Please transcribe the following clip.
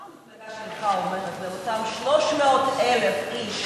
מה המפלגה שלך אומרת לאותם 300,000 איש